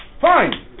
Fine